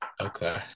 Okay